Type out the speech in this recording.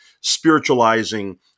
spiritualizing